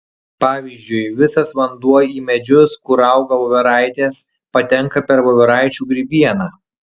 pavyzdžiui visas vanduo į medžius kur auga voveraitės patenka per voveraičių grybieną